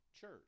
church